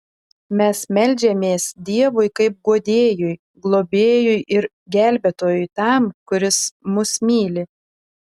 mes meldžiamės dievui kaip guodėjui globėjui ir gelbėtojui tam kuris mus myli